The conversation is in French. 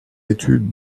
études